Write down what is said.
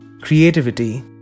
Creativity